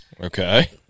Okay